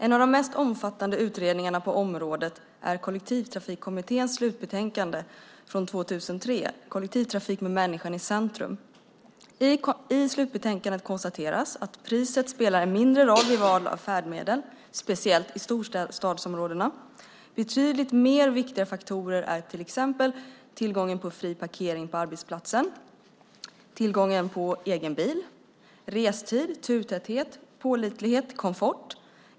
En av de mest omfattande utredningarna på området är Kollektivtrafikkommitténs slutbetänkande från 2003 Kollektivtrafik med människan i centrum . I slutbetänkandet konstateras att priset spelar en mindre roll vid val av färdmedel, speciellt i storstadsområdena. Betydligt mer viktiga faktorer är till exempel tillgången till fri parkering på arbetsplatsen, tillgången till egen bil, restid, turtäthet, pålitlighet, komfort.